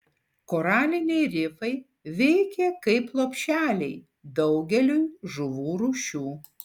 koraliniai rifai veikia kaip lopšeliai daugeliui žuvų rūšių